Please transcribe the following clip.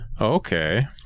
Okay